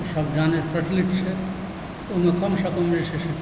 सभ जानै प्रचलित छै ओहिमे कम सँ कम जे छै से